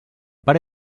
per